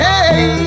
Hey